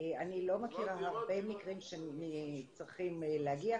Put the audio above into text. אני לא מכירה הרבה מקרים שהם צריכים להגיע,